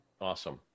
Awesome